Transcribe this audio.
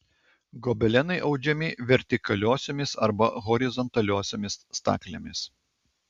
gobelenai audžiami vertikaliosiomis arba horizontaliosiomis staklėmis